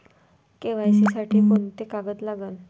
KYC साठी कोंते कागद लागन?